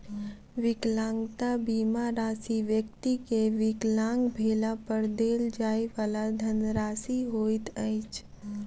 विकलांगता बीमा राशि व्यक्ति के विकलांग भेला पर देल जाइ वाला धनराशि होइत अछि